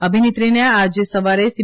અભિનેત્રીને આજે સવારે સી